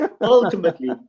Ultimately